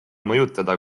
mõjutada